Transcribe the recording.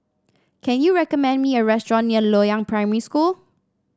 can you recommend me a restaurant near Loyang Primary School